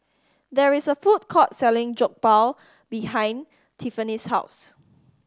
there is a food court selling Jokbal behind Tiffany's house